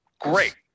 Great